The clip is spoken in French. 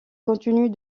continue